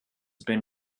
been